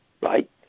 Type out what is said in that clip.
right